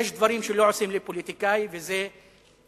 יש דברים שלא עושים לפוליטיקאי, וזה להכפיש